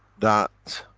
that,